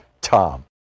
Tom